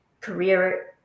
career